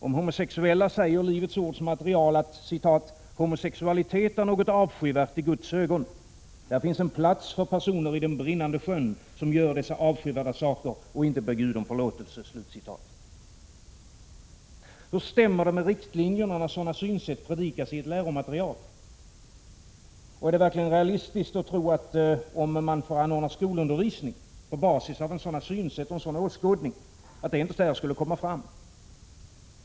Om homosexuella säger Livets ords material att ”homosexualitet är någonting avskyvärt i Guds ögon. Det finns en plats för personer i den brinnande sjön som gör dessa avskyvärda saker och inte ber Gud om förlåtelse.” Hur stämmer det med riktlinjerna när sådana synsätt predikas i ett läromaterial? Är det verkligen realistiskt att tro att det inte kommer fram om man anordnar skolundervisning på basis av sådana synsätt och sådan åskådning?